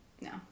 no